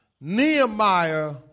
Nehemiah